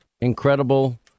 incredible